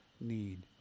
need